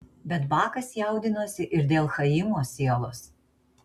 bet bakas jaudinosi ir dėl chaimo sielos